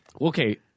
Okay